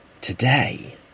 today